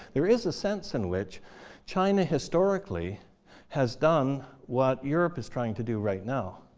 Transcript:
there is a sense in which china historically has done what europe is trying to do right now,